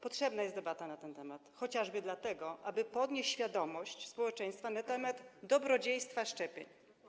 Potrzebna jest debata na ten temat, chociażby dlatego, żeby podnieść świadomość społeczeństwa na temat dobrodziejstwa szczepień.